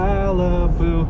Malibu